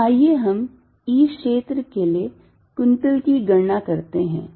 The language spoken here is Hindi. तो आइए हम E क्षेत्र के लिए कुंतल की गणना करते हैं